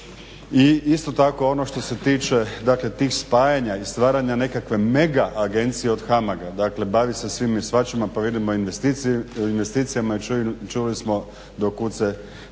I isto tako, ono što se tiče dakle tih spajanja i stvaranja nekakve mega agencije od HAMAG-a, dakle bavi se svime i svačime, a …/Govornik se ne razumije./… investicijama i čuli smo do kud